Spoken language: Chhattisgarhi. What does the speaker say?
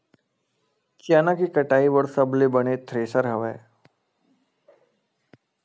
चना के कटाई बर सबले बने थ्रेसर हवय?